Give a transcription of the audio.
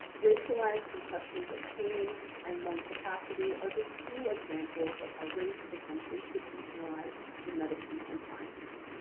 racialized conceptions of pain and lung capacity are just two examples of how race becomes institutionalized in medicine and science.